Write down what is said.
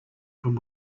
from